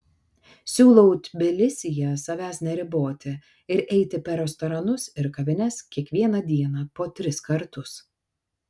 siūlau tbilisyje savęs neriboti ir eiti per restoranus ir kavines kiekvieną dieną po tris kartus